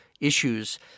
issues